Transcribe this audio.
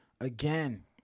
again